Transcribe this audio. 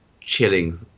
chilling